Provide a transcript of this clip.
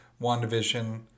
WandaVision